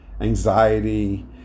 anxiety